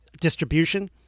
distribution